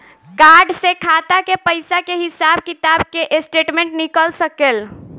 Card से खाता के पइसा के हिसाब किताब के स्टेटमेंट निकल सकेलऽ?